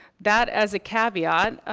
that as a caveat,